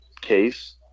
case